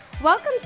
Welcome